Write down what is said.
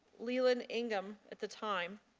leland ingram at the time,